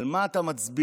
על מה אתה מצביע?